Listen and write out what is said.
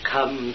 Come